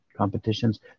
Competitions